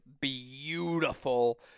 beautiful